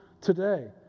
today